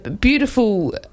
beautiful